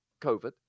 COVID